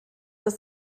dass